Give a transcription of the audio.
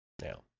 Now